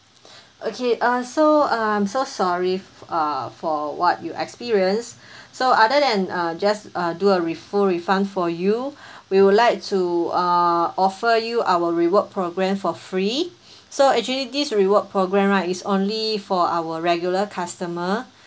okay uh so I'm so sorry f~ uh for what you experienced so other than uh just uh do a re~ full refund for you we would like to uh offer you our reward programme for free so actually this reward program right is only for our regular customer